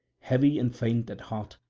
heavy and faint at heart,